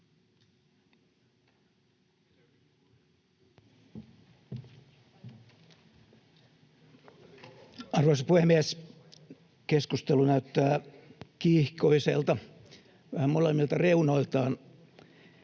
Arvoisa puhemies! Keskustelu näyttää kiihkoiselta vähän molemmilta reunoiltaan.